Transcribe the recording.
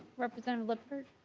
represent look for.